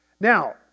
Now